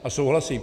A souhlasím.